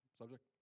subject